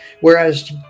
whereas